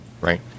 right